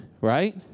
right